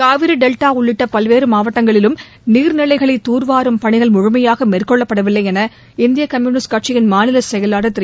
Kaveri delta உள்ளிட்ட பல்வேறு மாவட்டங்களிலும் நீர்நிலைகளை தூர்வாரும் பணிகள் முழுமையாக மேற்கொள்ளப்படவில்லை என இந்திய கம்யூனிஸ்ட் கட்சியின் மாநிலச் செயலாளர் திரு